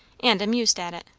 and amused at it.